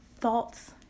thoughts